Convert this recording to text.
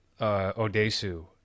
Odesu